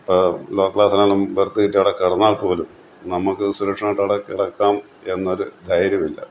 ഇപ്പോ ലോ ക്ലാസാണെലും ബർത്ത് കിട്ടി അവിടെ കിടന്നാല് പോലും നമുക്ക് സുരക്ഷിതമായിട്ട് അവടെ കിടക്കാം എന്ന ഒരു ധൈര്യമില്ല